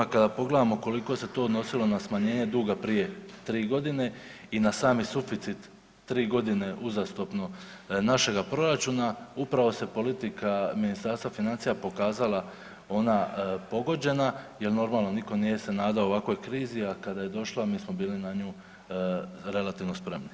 Kada pogledamo koliko se to odnosilo na smanjenje duga prije tri godine i sami suficit tri godine uzastopno našega proračuna, upravo se politika Ministarstva financija pokazala ona pogođena jel normalno niko se nije nadao ovakvoj krizi, a kada je došla mi smo bili na nju relativno spremni.